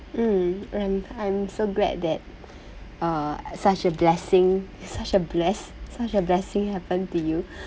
mm I'm I'm so glad that uh such a blessing such a bless such a blessing happen to you